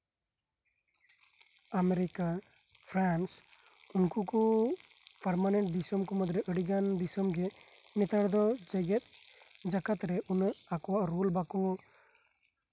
America France ᱩᱱᱠᱩ ᱠᱚ permanent ᱫᱤᱥᱚᱢ ᱠᱚ ᱢᱩᱫ ᱨᱮ ᱟᱹᱰᱤ ᱜᱟᱱ ᱫᱤᱥᱚᱢ ᱜᱮ ᱱᱮᱛᱟᱨ ᱫᱚ ᱡᱮᱜᱮᱫ ᱡᱟᱠᱟᱛ ᱨᱮ ᱩᱱᱟᱹᱜ ᱟᱠᱚᱣᱟᱜ ᱨᱳᱞ ᱵᱟᱠᱚ